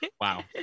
Wow